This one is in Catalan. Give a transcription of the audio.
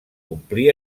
complí